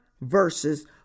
verses